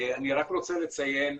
אני רוצה לציין,